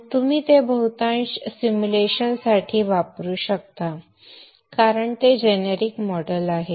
तुम्ही ते बहुतांश सिम्युलेशन साठी वापरू शकता कारण ते जेनेरिक मॉडेल आहेत